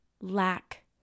lack